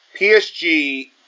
PSG